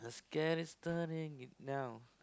scan it's turning it now